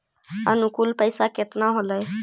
अनुकुल पैसा केतना होलय